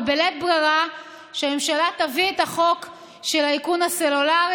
אבל שבלית ברירה שהממשלה תביא את החוק של האיכון הסלולרי,